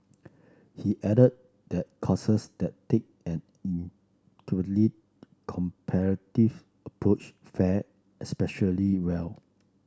he added that courses that take an comparative approach fare especially well